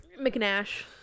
McNash